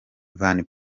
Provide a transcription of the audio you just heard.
van